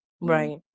Right